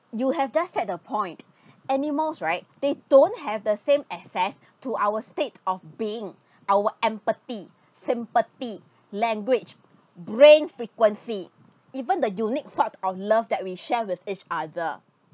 you have just said the point animals right they don't have the same access to our state of being our empathy sympathy language brain frequency even the unique sort of love that we share with each other